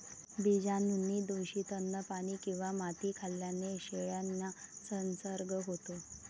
बीजाणूंनी दूषित अन्न, पाणी किंवा माती खाल्ल्याने शेळ्यांना संसर्ग होतो